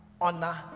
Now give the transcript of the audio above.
honor